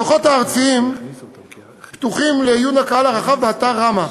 הדוחות הארציים פתוחים לעיון הקהל הרחב באתר ראמ"ה.